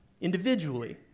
individually